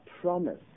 promise